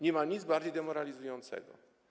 Nie ma nic bardziej demoralizującego.